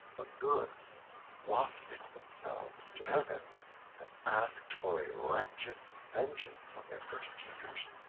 the goods wafted themselves to heaven and asked for a righteous vengeance on their persecutors.